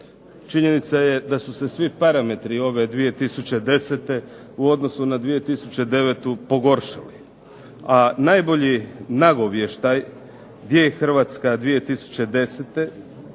Činjeni je da su se svi parametri ove 2010. u odnosu na 2009. pogoršali, a najbolji nagovještaj gdje je Hrvatska 2010.